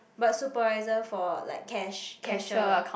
but supervisor for like cash cashier